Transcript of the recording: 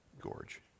gorge